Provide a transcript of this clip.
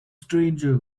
stranger